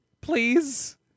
please